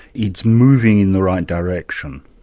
it's moving in the right direction?